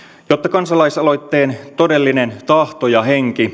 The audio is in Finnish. kansalaisaloitteen todellinen tahto ja